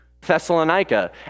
Thessalonica